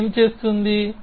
ఇది ఏమి చేస్తుంది